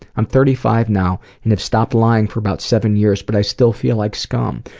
i'm thirty five now and have stopped lying for about seven years but i still feel like scum.